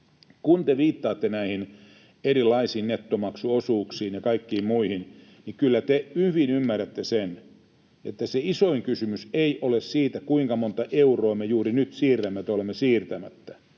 Kun te viittaatte näihin erilaisiin nettomaksuosuuksiin ja kaikkiin muihin, niin kyllä te hyvin ymmärrätte sen, että se isoin kysymys ei ole se, kuinka monta euroa me juuri nyt siirrämme tai olemme siirtämättä,